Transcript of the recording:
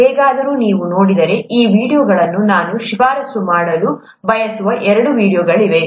ಹೇಗಾದರೂ ನೀವು ನೋಡಿದರೆ ಈ ವೀಡಿಯೊಗಳು ನಾನು ಶಿಫಾರಸು ಮಾಡಲು ಬಯಸುವ ಎರಡು ವೀಡಿಯೊಗಳಿವೆ